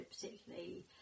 particularly